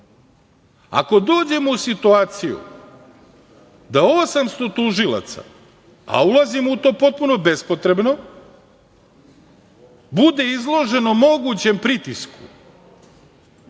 Ako dođemo u situaciju da 800 tužilaca, a ulazimo u to potpuno bespotrebno, bude izloženo mogućem pritisku